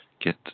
get